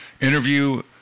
interview